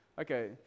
Okay